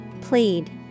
Plead